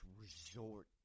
resort